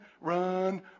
run